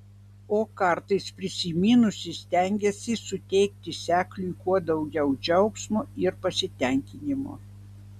o kartais prisiminusi stengiasi suteikti sekliui kuo daugiau džiaugsmo ir pasitenkinimo